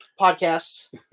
podcasts